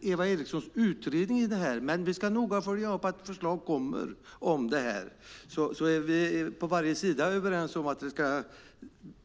Eva Erikssons utredning finns, och vi ska noga följa upp att förslag kommer. Vi är helt överens om att det ska